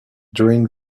during